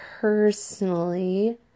personally